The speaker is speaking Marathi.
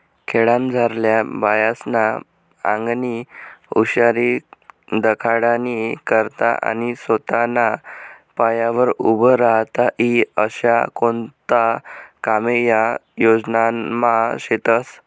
खेडामझारल्या बायास्ना आंगनी हुशारी दखाडानी करता आणि सोताना पायावर उभं राहता ई आशा कोणता कामे या योजनामा शेतस